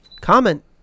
comment